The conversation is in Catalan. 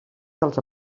dels